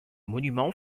monuments